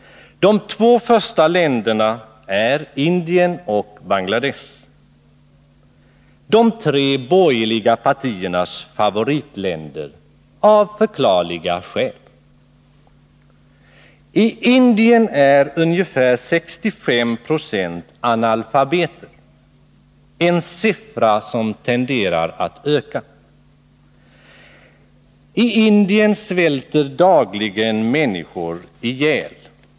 De första två länderna är Indien och Bangladesh, de tre borgerliga partiernas favoritländer av förklarliga skäl. I Indien är ungefär 65 96 analfabeter — en siffra som tenderar att öka. I Indien svälter dagligen människor ihjäl.